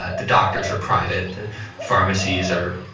ah the doctors are private. the pharmacies are,